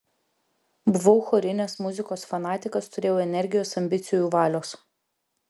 buvau chorinės muzikos fanatikas turėjau energijos ambicijų valios